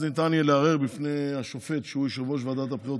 אז ניתן יהיה לערער בפני השופט שהוא יושב-ראש ועדת הבחירות.